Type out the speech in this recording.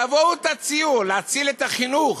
תבואו, תציעו להציל את החינוך,